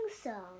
song